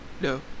No